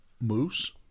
moose